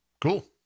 cool